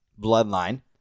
bloodline